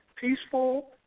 peaceful